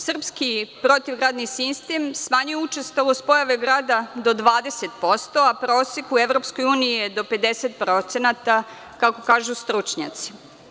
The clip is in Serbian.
Srpski protivgradni sistem smanjio je učestalost pojave grada do 20%, a prosek u EU je do 50%, kako kažu stručnjaci.